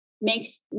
makes